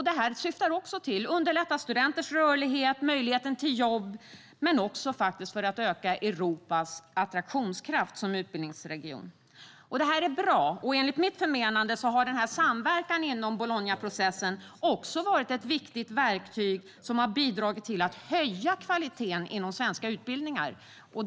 Detta syftar till att underlätta studenters rörlighet och möjlighet till jobb men också till att öka Europas attraktionskraft som utbildningsregion. Det här är bra, och enligt mitt förmenande har denna samverkan inom Bolognaprocessen också varit ett viktigt verktyg som bidragit till att höja kvaliteten inom svenska utbildningar.